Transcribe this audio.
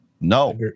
No